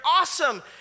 awesome